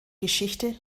geschichte